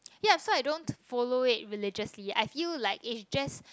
yup so I don't follow it religiously I feel like it just